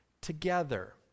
together